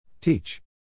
Teach